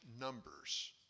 numbers